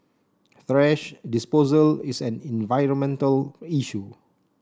thrash disposal is an environmental issue